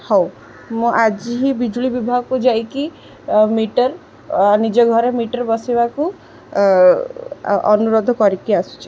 ହଉ ମୁଁ ଆଜି ହିଁ ବିଜୁଳି ବିଭାଗକୁ ଯାଇକି ମିଟର ନିଜ ଘରେ ମିଟର ବସେଇବାକୁ ଅନୁରୋଧ କରିକି ଆସୁଛି